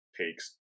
takes